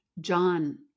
John